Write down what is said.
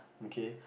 okay